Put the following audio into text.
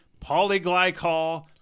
Polyglycol